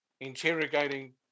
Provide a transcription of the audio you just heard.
interrogating